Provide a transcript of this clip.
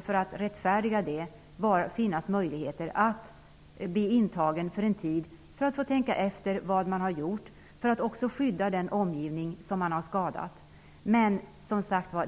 för att rättfärdiga brottet finnas möjlighet att bli intagen för en tid så att man kan få tänka över vad man har gjort. Detta sker också för att skydda den omgivning som har skadats.